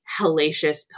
hellacious